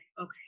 Okay